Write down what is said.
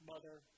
Mother